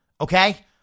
okay